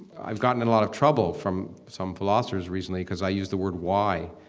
i've gotten in a lot of trouble from some philosophers recently because i use the word why.